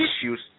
issues